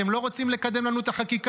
אתם לא רוצים לקדם לנו את החקיקה?